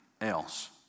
else